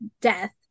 death